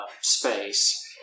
space